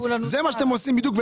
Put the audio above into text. זה מה שאתם עושים בדיוק,